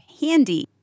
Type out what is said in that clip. handy